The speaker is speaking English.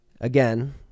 Again